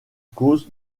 cause